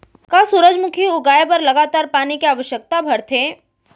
का सूरजमुखी उगाए बर लगातार पानी के आवश्यकता भरथे?